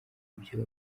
ibyo